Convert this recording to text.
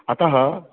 अतः